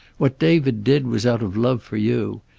what david did was out of love for you.